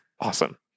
awesome